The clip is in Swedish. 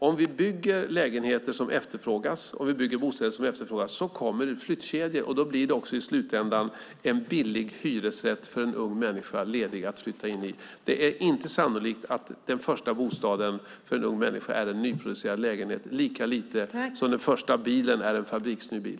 Om vi bygger lägenheter och bostäder som efterfrågas kommer flyttkedjor, och då blir också i slutändan en billig hyresrätt ledig för en ung människa att flytta in i. Det är inte sannolikt att den första bostaden för en ung människor är en nyproducerad lägenhet, lika lite som den första bilen är en fabriksny bil.